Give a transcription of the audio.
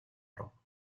оров